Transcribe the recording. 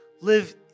live